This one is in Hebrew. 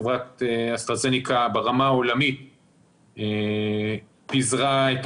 חברת אסטרהזניקה ברמה העולמית פיזרה את